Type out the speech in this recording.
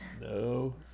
No